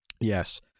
Yes